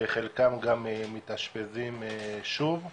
וחלקם גם מתאשפזים שוב,